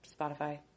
Spotify